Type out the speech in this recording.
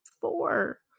four